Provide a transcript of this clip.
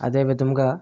అదే విధముగా